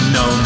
no